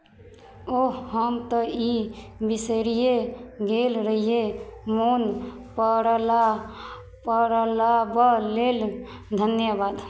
ओह्ह हम तऽ ई बिसरिए गेल रहियै मोन पड़ला पाड़बा लेल धन्यवाद